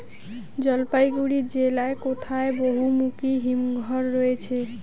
জলপাইগুড়ি জেলায় কোথায় বহুমুখী হিমঘর রয়েছে?